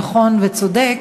נכון וצודק.